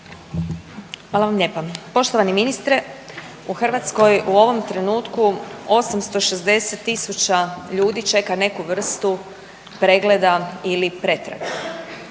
Hvala vam lijepa. Poštovani ministre, u Hrvatskoj u ovom trenutku 860 tisuća ljudi čeka neku vrstu pregleda ili pretrage.